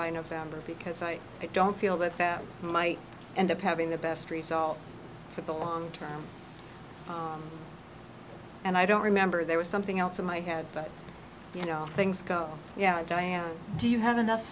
by november because i don't feel that that might end up having the best result for the long term and i don't remember there was something else in my head but you know things go yeah diane do you have enough